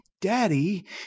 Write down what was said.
daddy